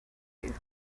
you